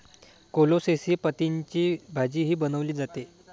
कोलोसेसी पतींची भाजीही बनवली जाते